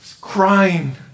crying